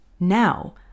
Now